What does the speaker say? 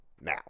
now